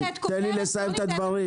תן לי לסיים את הדברים.